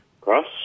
Cross